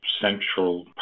central